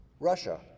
Russia